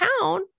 town